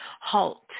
halt